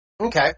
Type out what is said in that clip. Okay